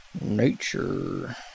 Nature